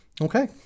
Okay